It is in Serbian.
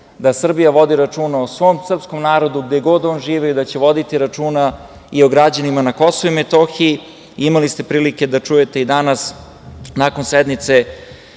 da Srbija vodi računa o svom srpskom narodu gde god on živeo i da će voditi računa i o građanima na KiM.Imali ste prilike da čujete i danas, nakon sednice